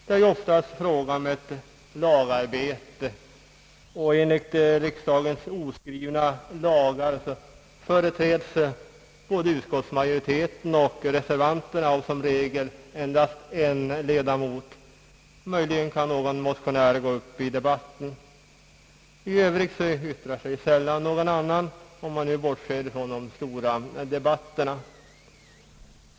Det är oftast fråga om ett lagarbete, och enligt riksdagens oskrivna lagar företräds både utskottsmajoriteten och reservanterna som regel av endast en ledamot — möjligen kan någon motionär gå upp i debatten. I övrigt yttrar sig sällan någon annan, om man nu bortser från de större debatterna.